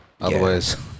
otherwise